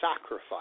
sacrifice